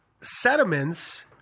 sediments